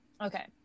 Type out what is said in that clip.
okay